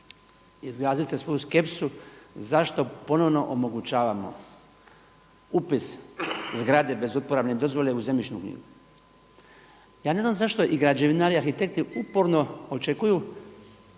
izraziti svoju skepsu zašto ponovno omogućavamo upis zgrade bez uporabne dozvole u zemljišnu knjigu. Ja ne znam zašto i građevinari, arhitekti uporno očekuju